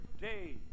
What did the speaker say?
day